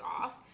off